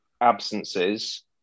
absences